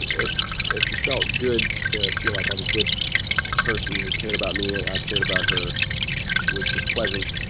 it it just felt good to feel like i was with this person who cared about me. i cared about her. it was just pleasant.